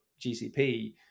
GCP